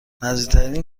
نزدیکترین